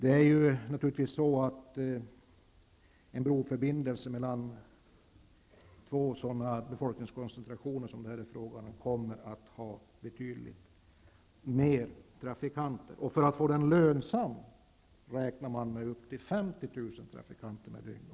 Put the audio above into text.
En broförbindelse mellan två sådana befolkningskoncentrationer som det är frågan om här kommer att ha betydligt fler trafikanter. För att få den lönsam räknar man med upp till 50 000 trafikanter per dygn.